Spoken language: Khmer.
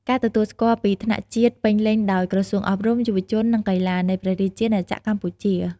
ការទទួលស្គាល់ពីថ្នាក់ជាតិពេញលេញដោយ ក្រសួងអប់រំ យុវជន និងកីឡា នៃព្រះរាជាណាចក្រកម្ពុជា។